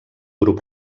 grup